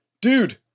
dude